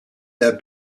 der